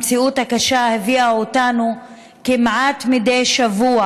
המציאות הקשה הביאה אותנו כמעט מדי שבוע